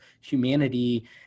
humanity